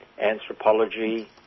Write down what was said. anthropology